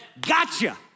gotcha